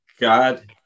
God